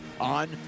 on